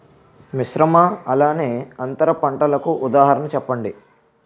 మిశ్రమ అలానే అంతర పంటలకు ఉదాహరణ చెప్పండి?